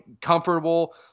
comfortable